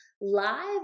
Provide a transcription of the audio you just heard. live